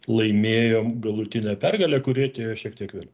laimėjom galutinę pergalę kuri atėjo šiek tiek vėliau